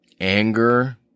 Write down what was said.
Anger